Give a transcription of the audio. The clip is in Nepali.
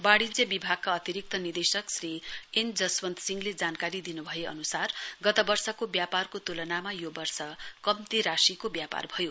वाणिजय विभागका अतिरिक्त निदेशक श्री एन जसवन्त सिंहले जानकारी दिनुभए अनुसार गत वर्षको व्यापारको तुलनामा यो वर्ष कम्ती राशिको व्यापार भयो